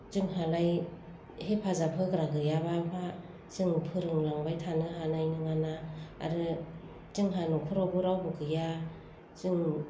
जोंहालाय हेफाजाब होग्रा गैयाबा बहा जों फोरोंलांबाय थानो हानाय नोङाना आरो जोंहा न'खरावबो रावबो गैया जों